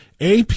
AP